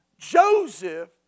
Joseph